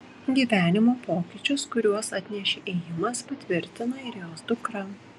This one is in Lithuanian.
gyvenimo pokyčius kuriuos atnešė ėjimas patvirtina ir jos dukra